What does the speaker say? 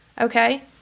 Okay